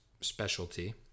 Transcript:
specialty